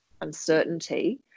uncertainty